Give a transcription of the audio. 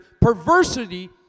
Perversity